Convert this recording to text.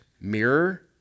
mirror